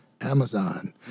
Amazon